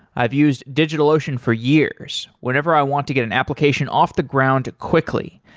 i've used digitalocean for years, whenever i want to get an application off the ground quickly.